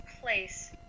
place